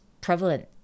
prevalent